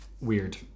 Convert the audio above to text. weird